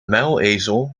muilezel